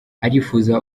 arifuza